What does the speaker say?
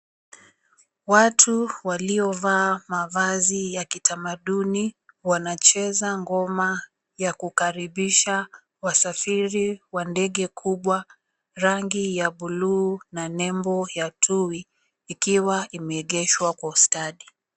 Watu waliovaa mavazi ya kitamaduni wanacheza ngoma ya kukaribisha wasafiri wa ndege kubwa rangi ya bluu na nembo ya tuwi, ikiwa imeengeshwa kwa ustadi.